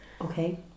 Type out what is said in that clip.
Okay